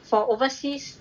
for overseas